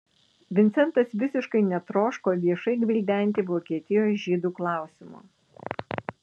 vincentas visiškai netroško viešai gvildenti vokietijos žydų klausimo